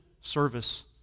service